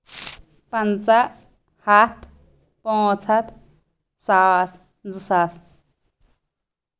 پَنژاہ ہَتھ پانٛژھ ہَتھ ساس زٕ ساس